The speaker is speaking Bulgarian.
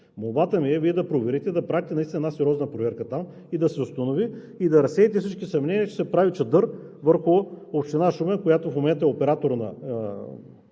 Молбата ми е Вие да проверите, да пратите една сериозна проверка там и да се установи, и да разсеете всички съмнения, че се прави чадър върху Община Шумен, която в момента е оператор